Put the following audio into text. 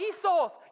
Esau's